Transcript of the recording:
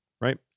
right